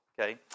Okay